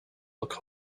look